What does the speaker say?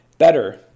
Better